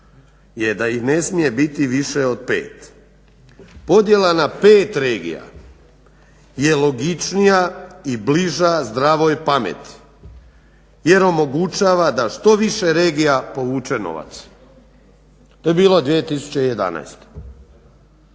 uvjet da ih ne smije biti više od pet. Podjela na pet regija je logičnija i bliža zdravoj pameti jer omogućava da što više regija povuče novac". To je bilo 2011.